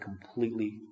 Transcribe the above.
completely